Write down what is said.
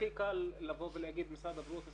הכי קל לבוא ולומר משרד הבריאות.